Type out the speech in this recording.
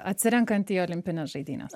atsirenkant į olimpines žaidynes